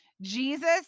Jesus